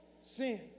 Sin